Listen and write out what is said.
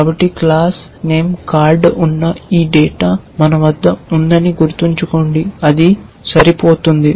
కాబట్టి class name card ఉన్న ఈ డేటా మన వద్ద ఉందని గుర్తుంచుకోండి అది సరిపోతుంది